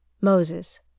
Moses